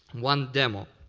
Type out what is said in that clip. one demo.